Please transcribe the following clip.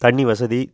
தண்ணி வசதி